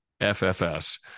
FFS